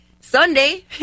Sunday